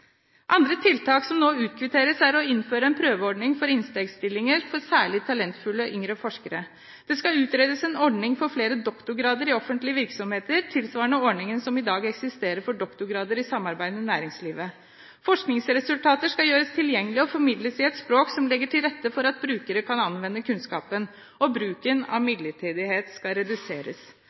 Andre tiltak som nå utkvitteres, er å innføre en prøveordning for innstegsstillinger for særlig talentfulle, yngre forskere. Det skal utredes en ordning for flere doktorgrader i offentlige virksomheter, tilsvarende ordningen som i dag eksisterer for doktorgrader i samarbeid med næringslivet. Forskningsresultater skal gjøres tilgjengelig og formidles i et språk som legger til rette for at brukere kan anvende kunnskapen. Bruken av midlertidighet skal reduseres.